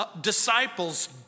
disciples